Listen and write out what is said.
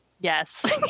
yes